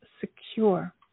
secure